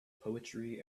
poetry